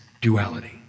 duality